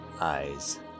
eyes